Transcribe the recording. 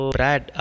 Brad